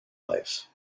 life